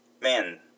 man